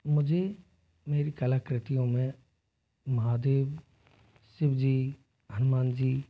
मुझे मेरी कलाकृतियों में महादेव शिव जी हनुमान जी